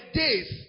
days